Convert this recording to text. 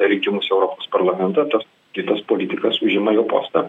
rinkimus europos parlamento tas kitas politikas užima jo postą